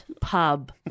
pub